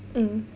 mm